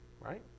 right